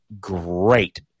great